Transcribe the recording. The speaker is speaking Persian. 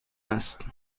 است